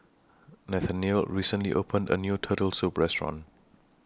Nathaniel recently opened A New Turtle Soup Restaurant